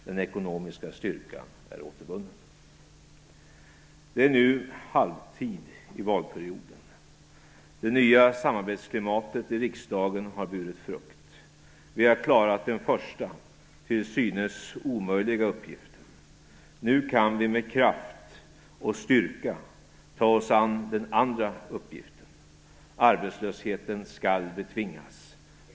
Den ekonomiska styrkan är återvunnen. Det är nu halvtid i valperioden. Det nya samarbetsklimatet i riksdagen har burit frukt. Vi har klarat den första - till synes omöjliga - uppgiften. Nu kan vi med kraft och styrka ta oss an den andra uppgiften. Arbetslösheten skall betvingas.